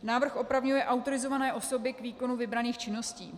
Návrh opravňuje autorizované osoby k výkonu vybraných činností.